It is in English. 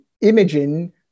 imaging